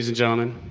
gentlemen.